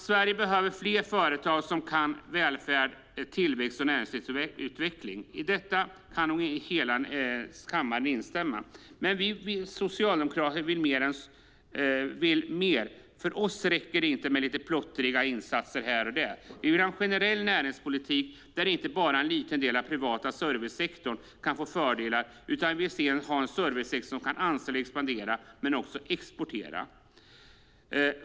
Sverige behöver fler företag som kan välfärd, tillväxt och näringslivsutveckling. I detta kan nog hela kammaren instämma. Men vi socialdemokrater vill mer. För oss räcker det inte med lite plottriga insatser här och där. Vi vill ha en generell näringspolitik där inte bara en liten del av den privata servicesektorn kan få fördelar. Vi vill ha en servicesektor som kan anställa, expandera men också exportera.